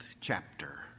chapter